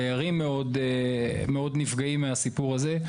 דיירים מאוד נפגעים מהסיפור הזה,